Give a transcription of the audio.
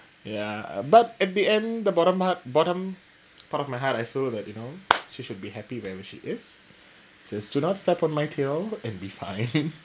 ya but at the end the bottom part bottom part of my heart I feel that you know she should be happy wherever she is just do not step on my tail and be fine